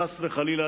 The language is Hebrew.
חס וחלילה,